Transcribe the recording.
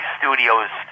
studios